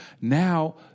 Now